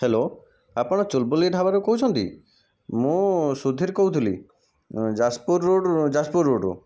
hello ଆପଣ ଚୁଲବୁଲି ଢାବାରୁ କହୁଛନ୍ତି ମୁଁ ସୁଧୀର କହୁଥିଲି ଯାଜପୁର ରୋଡ଼ ଯାଜପୁର ରୋଡ଼ରୁ